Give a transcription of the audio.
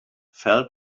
fell